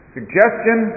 Suggestion